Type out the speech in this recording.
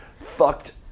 Fucked